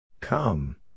Come